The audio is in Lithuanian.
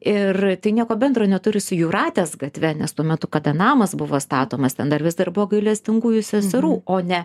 ir tai nieko bendro neturi su jūratės gatve nes tuo metu kada namas buvo statomas ten dar vis dar buvo gailestingųjų seserų o ne